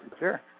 sure